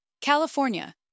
California